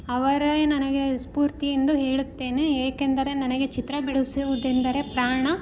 ಅವರೇ ನನಗೆ ಸ್ಪೂರ್ತಿ ಎಂದು ಹೇಳುತ್ತೇನೆ ಏಕೆಂದರೆ ನನಗೆ ಚಿತ್ರ ಬಿಡಿಸುವುದೆಂದರೆ ಪ್ರಾಣ